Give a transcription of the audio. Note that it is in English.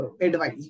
advice